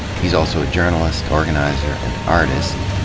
he's also a journalist, organizer, and artist.